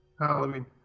Halloween